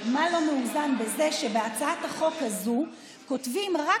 מה לא מאוזן בזה שבהצעת החוק הזאת כותבים רק